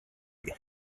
that